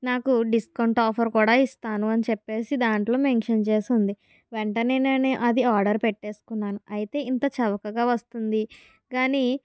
నాకు discount offer కూడా ఇస్తాను అని చెప్పేసి దాంట్లో మెన్షన్ చేసి ఉంది వెంటనే నేను అది ఆర్డర్ పెట్టేసుకున్నాను అయితే ఇంత చౌకగా వస్తుంది కానీ